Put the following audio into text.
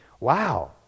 wow